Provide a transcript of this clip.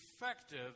effective